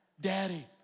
Daddy